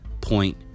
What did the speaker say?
point